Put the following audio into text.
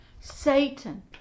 Satan